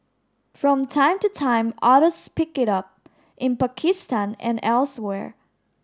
from time to time others pick it up in Pakistan and elsewhere